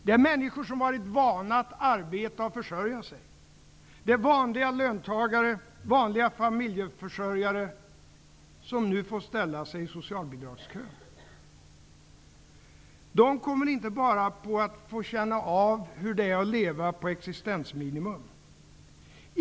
Det är människor som har varit vana att arbeta och försörja sig. Det är vanliga löntagare, vanliga familjeförsörjare, som nu får ställa sig i socialbidragskön. De kommer inte bara att få känna av hur det är att leva på existensminimum.